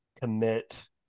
commit